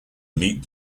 meet